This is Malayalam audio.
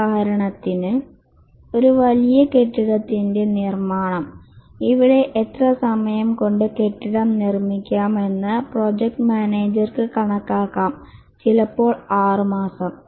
ഉദാഹരണത്തിന് ഒരു വലിയ കെട്ടിടത്തിന്റെ നിർമ്മാണം ഇവിടെ എത്ര സമയം കൊണ്ട് കെട്ടിടം നിർമ്മിക്കാം എന്ന് പ്രോജക്ട് മാനേജർക്ക് കണക്കാക്കാം ചിലപ്പോൾ 6 മാസം